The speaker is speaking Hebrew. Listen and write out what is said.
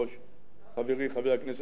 חברי חבר הכנסת אורלב רוצה להעיר.